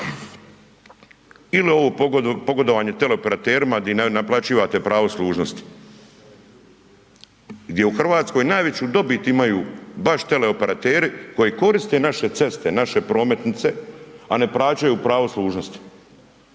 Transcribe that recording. Ili ovo pogodovanje teleoperaterima di naplaćivate pravo služnosti. Gdje u Hrvatskoj najveću dobit imaju baš teleoperateri koji koriste naše ceste, naše prometnice a ne plaćaju pravo služnosti